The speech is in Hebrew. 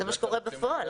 זה מה שקורה בפועל.